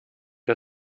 der